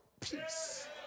peace